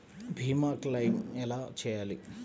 భీమ క్లెయిం ఎలా చేయాలి?